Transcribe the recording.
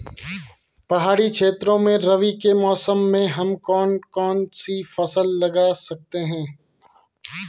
पहाड़ी क्षेत्रों में रबी के मौसम में हम कौन कौन सी फसल लगा सकते हैं?